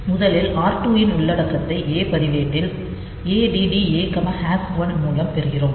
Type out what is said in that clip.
முதலில் r 2 இன் உள்ளடக்கத்தை A பதிவேட்டில் add A 1 மூலம் பெறுகிறோம்